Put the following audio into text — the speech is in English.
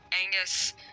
Angus